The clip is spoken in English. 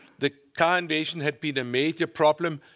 the car invasion had been a major problem,